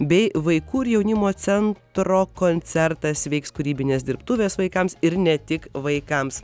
bei vaikų ir jaunimo centro koncertas vyks kūrybinės dirbtuvės vaikams ir ne tik vaikams